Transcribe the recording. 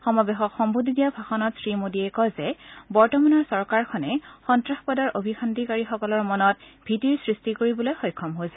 সমাবেশক সম্বোধি দিয়া ভাষণত শ্ৰী মোদীয়ে কয় যে বৰ্তমানৰ চৰকাৰখনে সন্ত্ৰাসবাদৰ অভিসন্ধিকাৰীসকলৰ মনত তীতিৰ সৃষ্টি কৰিবলৈ সক্ষম হৈছে